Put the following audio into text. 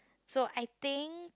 so I think